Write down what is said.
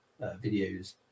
videos